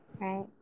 Right